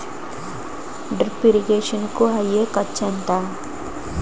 Drip irrigation కూ అయ్యే ఖర్చు ఎంత?